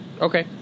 Okay